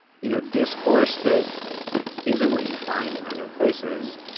you know, discourse that isn't what you find in other places.